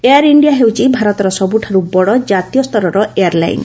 air India ହେଉଛି ଭାରତର ସବୁଠାରୁ ବଡ଼ କାତୀୟ ସ୍ତରର ଏୟାର ଲାଇନ୍